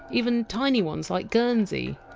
even tiny ones like guernsey?